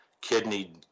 kidney